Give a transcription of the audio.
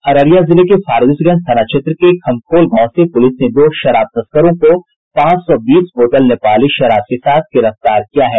अररिया जिले के फारबिसगंज थाना क्षेत्र से खमखोल गांव से पुलिस ने दो शराब तस्करों को पांच सौ बीस बोतल नेपाली शराब के साथ गिरफ्तार किया है